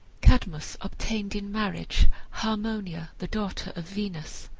cadmus obtained in marriage harmonia, the daughter of venus.